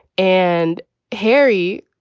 and harry,